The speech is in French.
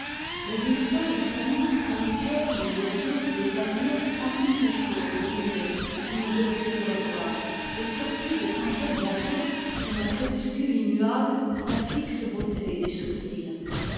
augustin et fanny prolongèrent l'émotion des adieux parmi ces choses aimées qu'ils ne devaient plus revoir et sur qui descendrait bientôt comme un crépuscule immuable la fixe beauté du souvenir